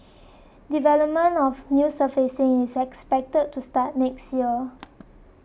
development of the new surfacing is expected to start next year